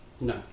No